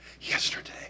Yesterday